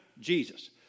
Jesus